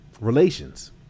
Relations